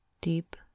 deep